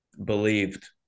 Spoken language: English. Believed